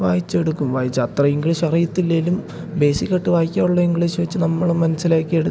വായിച്ചെ വായിച്ചത്ര ഇംഗ്ലീഷറിയത്തില്ലെങ്കിലും ബേസിക്കായിട്ട് വായിക്കാനുള്ള ഇംഗ്ലീഷ് വെച്ച് നമ്മളും മനസ്സിലാക്കിയെടുക്കും